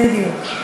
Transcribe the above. בדיוק.